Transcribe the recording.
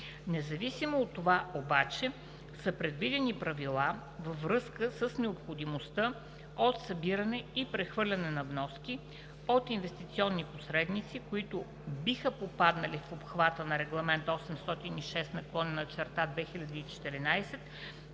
Независимо от това обаче са предвидени правила във връзка с необходимостта от събиране и прехвърляне на вноски от инвестиционни посредници, които биха попаднали в обхвата на Регламент (ЕС) № 806/2014,